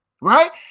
right